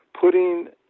putting